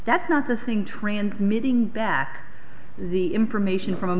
that's not the thing transmitting back the information from